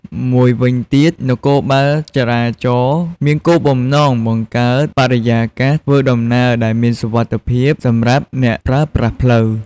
មួយវិញទៀត នគរបាលចរាចរណ៍មានគោលបំណងបង្កើតបរិយាកាសធ្វើដំណើរដែលមានសុវត្ថិភាពសម្រាប់អ្នកប្រើប្រាស់ផ្លូវ។